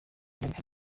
byinshi